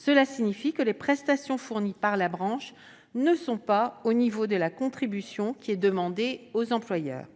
Cela signifie que les prestations fournies par la branche ne sont pas au niveau de la contribution demandée aux employeurs.